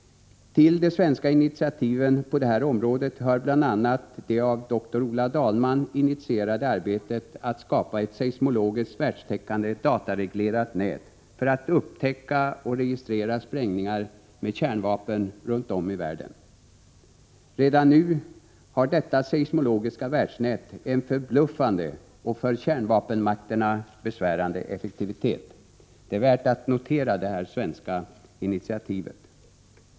Till de svenska initiativen på detta område hör bl.a. det av dr Ola Dahlman initierade arbetet att skapa ett seismologiskt världstäckande datareglerat nät för att upptäcka och registrera sprängningar med kärnvapen runt om i världen. Redan nu har detta seismologiska världsnät en förbluffande och för kärnvapenmakterna besvärande effektivitet. Det är värt att notera detta svenska initiativ.